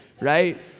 right